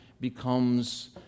becomes